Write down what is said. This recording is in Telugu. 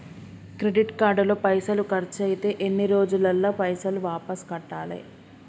క్రెడిట్ కార్డు లో పైసల్ ఖర్చయితే ఎన్ని రోజులల్ల పైసల్ వాపస్ కట్టాలే?